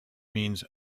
means